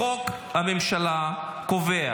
חוק הממשלה,